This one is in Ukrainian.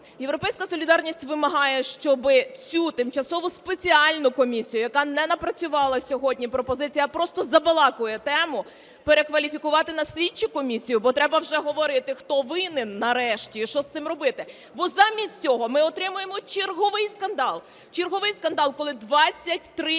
"Європейська солідарність" вимагає, щоб цю тимчасову спеціальну комісію, яка не напрацювала сьогодні пропозицій, а просто забалакує тему, перекваліфікувати на слідчу комісію, бо треба вже говорити, хто винен, нарешті, і що з цим робити. Бо замість цього ми отримуємо черговий скандал. Черговий скандал, коли 23